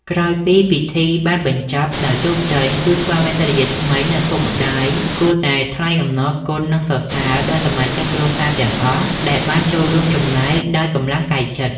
ក្រោយពីពិធីបានបញ្ចប់ដោយជោគជ័យ គូស្វាមីភរិយាថ្មី និងឪពុកម្ដាយ គួរតែ ថ្លែងអំណរគុណ និងសរសើរ ដល់សមាជិកគ្រួសារទាំងអស់ដែលបានចូលរួមចំណែកដោយកម្លាំងកាយចិត្ត។